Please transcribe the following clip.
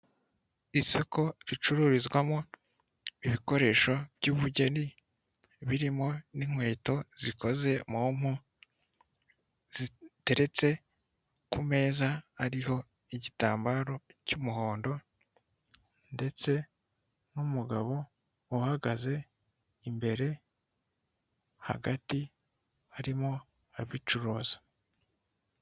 Isoko ricururizwamo ibikoresho by'ubugeni, birimo n'inkweto zikoze mu mpu, ziteretse ku meza ariho igitambaro cy'umuhondo ndetse n'umugabo uhagaze imbere hagati arimo abicuruza.